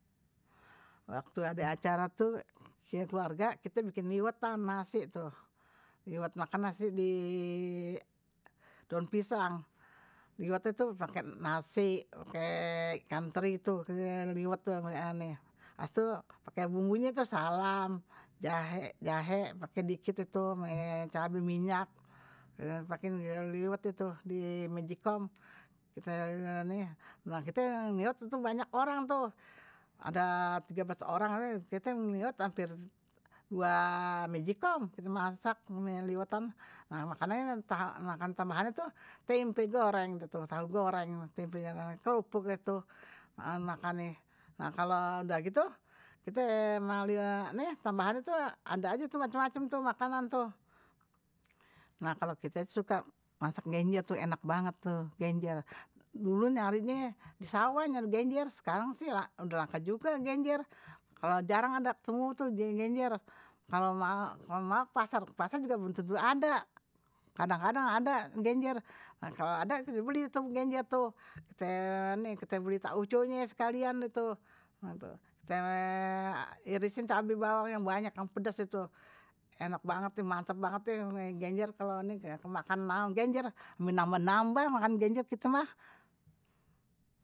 Waktu ada acara tuh keluarga, kite bikin liwet dan nasi tu. Makan nasi di daun pisang. Liwet itu pakai nasi, ikan teri itu. Pake bumbunye tu salam, jahe pakai sedikit itu. Cabai minyak pakai liwet itu di majikom. Kite ngeliwet banyak orang tuh. Ada tiga belas orang. Kite ngeliwet hampir dua majikom. Kite masak liwetan. Makanan tambahan itu tempe goreng. Tahu goreng, tempe kerupuk itu. Kalau udah gitu, tambahan itu ada macam-macam makanan. Kalau kite suka masak genjer itu enak banget. Dulu nyarinye disawah nyari genjer. Sekarang sih udah langka juga genjer. Kalau jarang ada semua itu genjer. Kalau mau ke pasar, ke pasar juga bentuk itu ada. Kadang-kadang ada genjer. Kalau ada, kite beli itu genjer. Kite beli tauconya sekalian itu. Kite irisin cabai bawang yang banyak, yang pedas itu. Enak banget, mantap banget genjer. Makan genjer, ampe nambah nambah makan genjer kite mah.